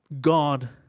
God